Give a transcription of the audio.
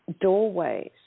Doorways